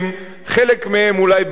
חלק מהם אולי בגלוי,